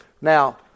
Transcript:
Now